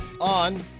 on